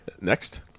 Next